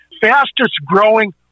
fastest-growing